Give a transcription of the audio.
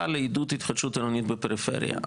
לעידוד התחדשות עירונית בפריפריה.